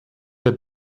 der